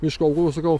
miško augalų sakau